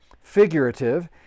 figurative